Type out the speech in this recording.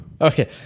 Okay